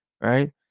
right